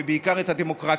ובעיקר את הדמוקרטיה.